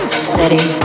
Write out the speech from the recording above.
steady